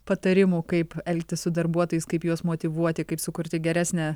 patarimų kaip elgtis su darbuotojais kaip juos motyvuoti kaip sukurti geresnę